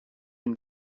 une